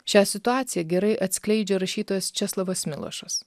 šią situaciją gerai atskleidžia rašytojas česlavas milošas